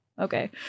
okay